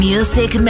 Music